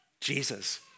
Jesus